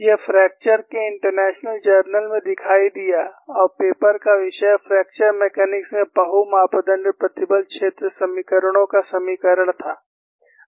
यह फ्रैक्चर के international journal में दिखाई दिया और पेपर का विषय फ्रैक्चर मैकेनिक्स में बहु मापदण्ड प्रतिबल क्षेत्र समीकरणों का समीकरण था